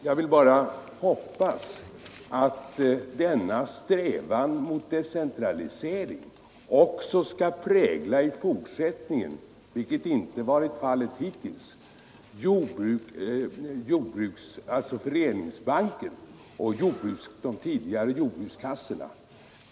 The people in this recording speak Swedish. Jag vill bara hoppas att denna strävan mot decentralisering i fortsättningen också skall prägla — vilket inte varit fallet hittills — Föreningsbanken och de tidigare jordbrukskassorna.